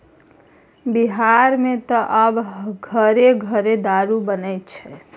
बिहारमे त आब घरे घर दारू बनैत छै